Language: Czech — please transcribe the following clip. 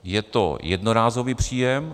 Je to jednorázový příjem.